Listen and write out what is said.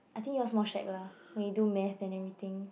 I think your's more shag lah when you do math and everything